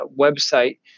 website